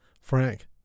frank